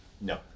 no